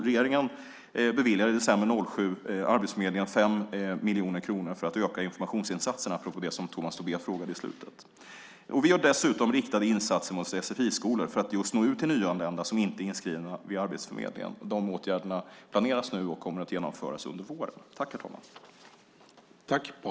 Regeringen beviljade i december 2007 Arbetsförmedlingen 5 miljoner kronor för att öka informationsinsatserna, apropå det som Tomas Tobé frågade i slutet. Vi gör dessutom riktade insatser till sfi-skolor för att nå ut till nyanlända som inte är inskrivna på Arbetsförmedlingen. De åtgärderna planeras nu och kommer att genomföras under våren.